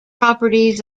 properties